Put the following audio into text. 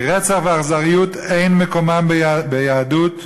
כי רצח ואכזריות אין מקומם ביהדות,